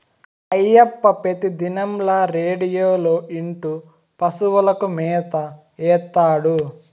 అయ్యప్ప పెతిదినంల రేడియోలో ఇంటూ పశువులకు మేత ఏత్తాడు